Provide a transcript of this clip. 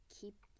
keep